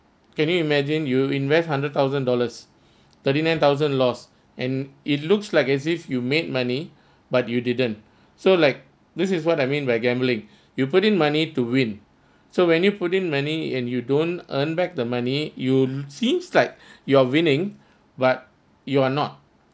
can you imagine you invest hundred thousand dollars thirty nine thousand loss and it looks like as if you made money but you didn't so like this is what I mean we are gambling you put in money to win so when you put in money and you don't earn back the money you seems like you're winning but you're not